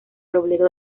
robledo